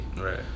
Right